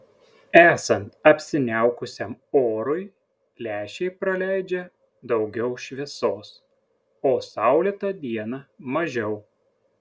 esant apsiniaukusiam orui lęšiai praleidžia daugiau šviesos o saulėtą dieną mažiau